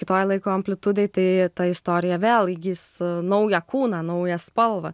kitoj laiko amplitudėj tai ta istorija vėl įgis naują kūną naują spalvą